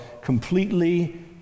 completely